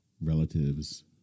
relatives